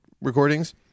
recordings